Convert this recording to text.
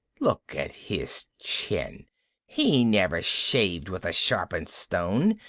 look at his chin he never shaved with a sharpened stone!